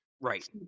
right